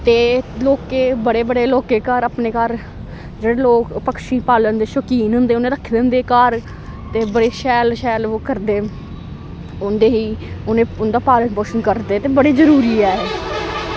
तो सोकें बड़े बड़े लोकें अपने घर जेह्ड़े लोग पक्षी पालन दे शोकीन होंदे उनैं रक्खे दे होंदे घर ते बड़े शैल शैल ओह् करदे न उंदा पालन पोशन करदे ते बड़े जरूरी ऐ